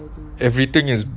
everything is